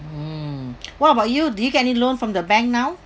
mm what about you do you get any loan from the bank now